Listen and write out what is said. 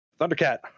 Thundercat